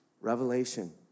revelation